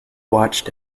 watched